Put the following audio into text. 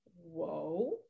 whoa